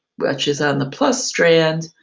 which is on the plus strand.